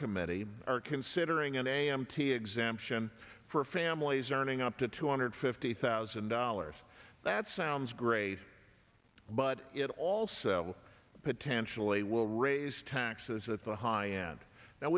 committee are considering an a m t exemption for families earning up to two hundred fifty thousand dollars that sounds great but it also potentially will raise taxes at the high end now